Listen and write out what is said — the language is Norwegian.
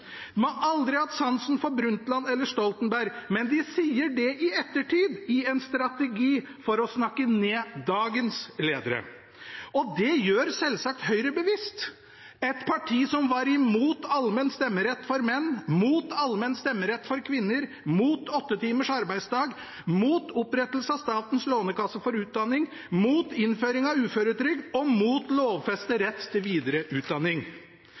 har aldri hatt sansen for verken Harlem Brundtland eller Stoltenberg, men de sier det i ettertid, i en strategi for å snakke ned dagens ledere. Og det gjør selvsagt Høyre bevisst – et parti som var imot allmenn stemmerett for menn, imot allmenn stemmerett for kvinner, imot åtte timers arbeidsdag, imot opprettelse av Statens lånekasse for utdanning, imot innføring av uføretrygd og imot lovfestet rett til